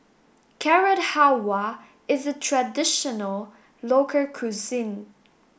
Carrot Halwa is a traditional local cuisine